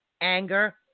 anger